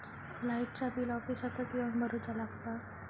लाईटाचा बिल ऑफिसातच येवन भरुचा लागता?